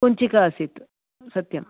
कुञ्चिका आसीत् सत्यम्